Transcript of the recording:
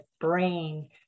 brain